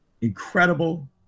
incredible